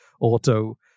Auto